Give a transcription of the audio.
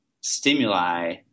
stimuli